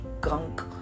gunk